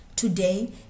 Today